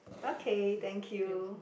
okay thank you